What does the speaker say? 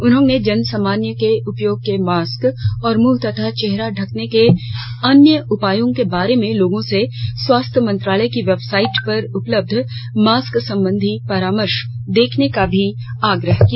उन्होंने जन सामान्य के उपयोग के मास्क और मुंह तथा चेहरा ढकने के अन्य उपायों के बारे में लोगों से स्वास्थ्य मंत्रालय की वेबसाइट पर उपलब्ध मास्क संबंधी परामर्श को देखने का भी आग्रह किया